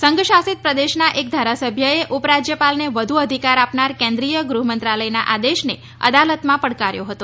સંઘશાસિત પ્રદેશના એક ધારાસભ્ય એ ઉપ રાજ્યપાલને વધુ અધિકાર આપનાર કેન્દ્રીય ગૃહ મંત્રાલયના આદેશને અદાલતમાં પડકાર્યો હતો